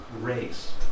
race